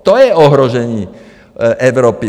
To je ohrožení Evropy.